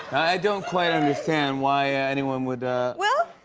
don't quite understand why anyone would well,